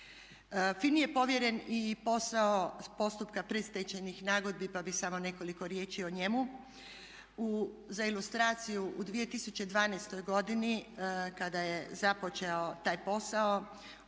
FINA-i je povjeren i posao postupka predstečajnih nagodbi pa bi samo nekoliko riječi o njemu. Za ilustraciju u 2012.godini kada je započeo taj posao